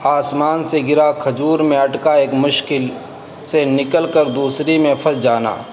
آسمان سے گرا کھجور میں اٹکا ایک مشکل سے نکل کر دوسری میں پھنس جانا